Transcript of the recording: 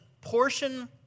portion